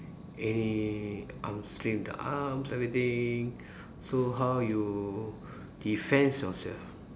eh arms train arms everything so how you defends yourself